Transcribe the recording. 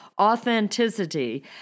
authenticity